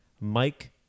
Mike